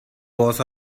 was